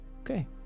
Okay